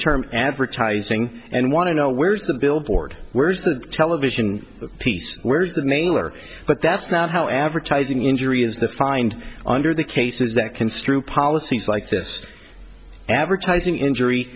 term advertising and want to know where's the billboard where's the television piece where's the name or but that's not how advertising injury is the find under the cases that construe policies like this advertising injury